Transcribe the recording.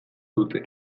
dute